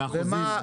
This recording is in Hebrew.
באחוזים.